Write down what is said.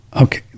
Okay